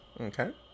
Okay